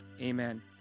Amen